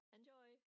Enjoy